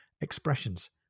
expressions